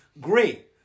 great